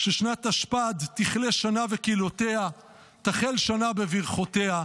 ששנת תשפ"ד תכלה שנה וקללותיה, תחל שנה וברכותיה.